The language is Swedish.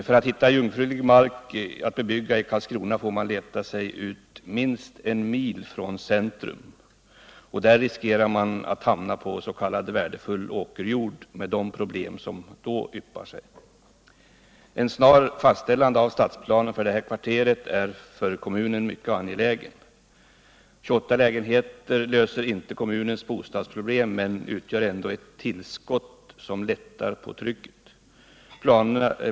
För att hitta jungfrulig mark att bebygga i Karlskrona får man leta sig ut minst en mil från centrum, och där riskerar man att hamna på s.k. värdefull åkerjord, med de problem som då yppar sig. Det är mycket angeläget för kommunen att snart få stadsplanen för kvarteret fastställd. 28 lägenheter löser inte kommunens bostadsproblem, men utgör ändå ett tillskott som lättar på trycket.